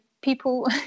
people